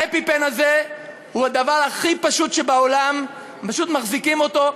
האפינפרין הזה הוא הדבר הכי פשוט שבעולם: פשוט מחזיקים אותו,